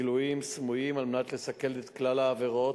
גלויים, סמויים, על מנת לסכל את כלל העבירות,